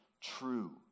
true